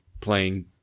playing